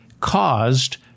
caused